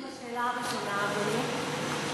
ולשאלה הראשונה, אדוני?